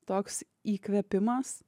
toks įkvėpimas